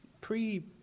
pre